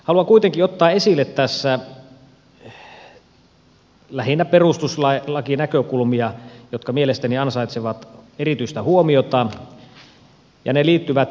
haluan kuitenkin ottaa esille tässä lähinnä perustuslakinäkökulmia jotka mielestäni ansaitsevat erityistä huomiota ja ne liittyvät eduskunnan budjettivaltaan